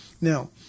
Now